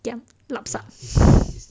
ya lap sup